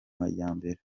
majyambere